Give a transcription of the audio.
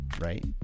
right